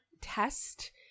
test